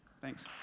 Thanks